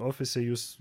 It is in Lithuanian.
ofise jūs